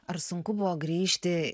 ar sunku buvo grįžti